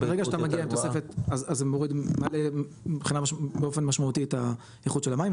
ברגע שאתה מביא תוספת אז זה מעלה באופן משמעותי את האיכות של המים,